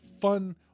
fun